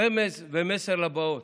רמז ומסר לבאות.